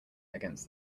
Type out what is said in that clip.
against